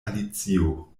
alicio